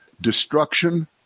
destruction